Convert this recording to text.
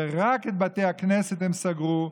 ורק את בתי הכנסת הם סגרו,